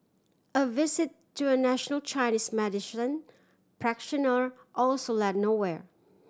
a visit to a national Chinese practitioner also led nowhere